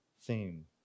theme